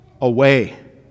away